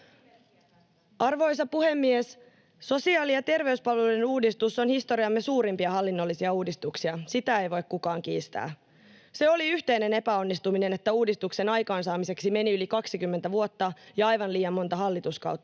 Arvoisa puhemies! Sosiaali- ja terveyspalveluiden uudistus on historiamme suurimpia hallinnollisia uudistuksia. Sitä ei voi kukaan kiistää. Se oli yhteinen epäonnistuminen, että uudistuksen aikaansaamiseksi meni yli 20 vuotta ja aivan liian monta hallituskautta,